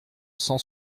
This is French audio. cent